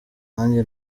nanjye